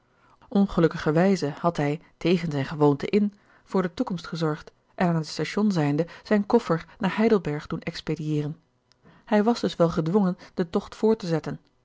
ongelukkigerwijze had hij tegen zijn gewoonte in voor de toekomst gezorgd en aan het station zijnde zijn koffer naar heidelberg doen expedieeren hij was dus wel gedwongen den tocht voort te zetten